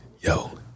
yo